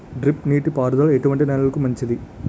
Drip నీటి పారుదల ఎటువంటి నెలలకు మంచిది?